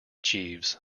jeeves